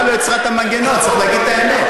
זה לא 15. סליחה, זאת התניה,